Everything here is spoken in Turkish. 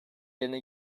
yerine